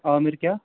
عامِر کیٛاہ